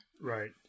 Right